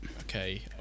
okay